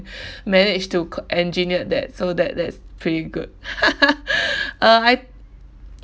manage to c~ engineered that so that that's pretty good uh I